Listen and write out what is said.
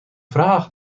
vraag